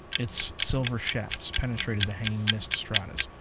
its silver shafts penetrated the hanging mist-stratas.